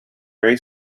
very